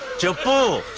kill thambu.